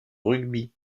rugby